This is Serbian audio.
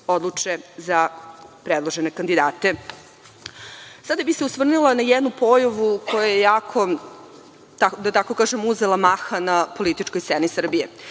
za predložene kandidate. Sada bih se osvrnula na jednu pojavu koja je jako, da tako kažem, uzela maha na političkoj sceni Srbije.